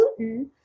Putin